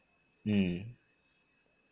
mm